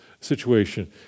situation